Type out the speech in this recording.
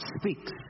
speaks